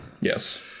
Yes